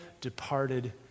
departed